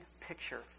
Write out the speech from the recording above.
picture